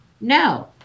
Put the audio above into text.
No